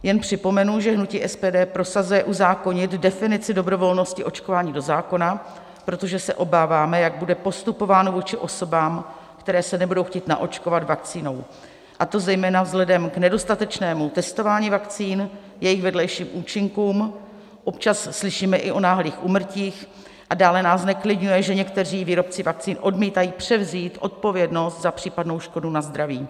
Jen připomenu, že hnutí SPD prosazuje uzákonit definici dobrovolnosti očkování do zákona, protože se obáváme, jak bude postupováno vůči osobám, které se nebudou chtít naočkovat vakcínou, a to zejména vzhledem k nedostatečnému testování vakcín, jejich vedlejším účinkům, občas slyšíme i o náhlých úmrtích, a dále nás zneklidňuje, že někteří výrobci vakcín odmítají převzít odpovědnost za případnou škodu na zdraví.